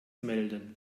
melden